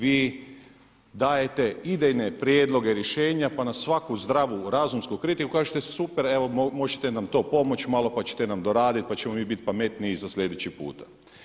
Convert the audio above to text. Vi dajete idejne prijedloge rješenja pa na svaku zdravu razumsku kritiku kažete super, evo možete nam to pomoći malo, pa ćete nam doraditi, pa ćemo mi biti pametniji za sljedeći puta.